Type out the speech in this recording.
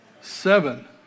Seven